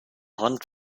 hand